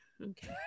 Okay